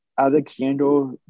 Alexander